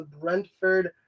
Brentford